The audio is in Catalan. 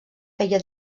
feia